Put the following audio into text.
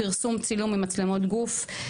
פרסום צילום ממצלמות גוף,